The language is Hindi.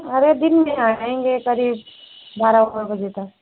अरे दिन में आएँगे करीब बारह दो बजे तक